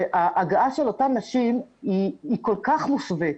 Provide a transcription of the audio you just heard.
שההגעה של אותן נשים היא כל כך מוסווית.